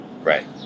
Right